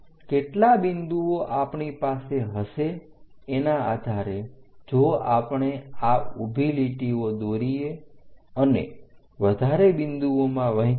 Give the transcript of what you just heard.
કેટલા બિંદુઓ આપણી પાસે હશે એના આધારે જો આપણે આ ઊભી લીટીઓ દોરીએ અને વધારે બિંદુઓમાં વહેંચીએ